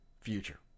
future